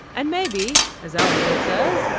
and maybe, as alison says,